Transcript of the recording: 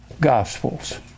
Gospels